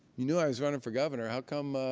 you knew i was running for governor. how come